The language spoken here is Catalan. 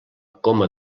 coma